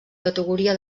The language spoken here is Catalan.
categoria